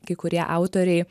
kai kurie autoriai